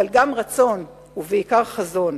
אבל גם רצון ובעיקר חזון.